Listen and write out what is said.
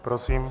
Prosím.